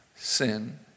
Sin